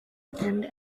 and